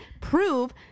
prove